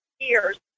years